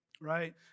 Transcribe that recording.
right